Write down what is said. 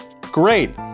Great